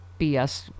BS